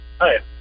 Hi